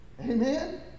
Amen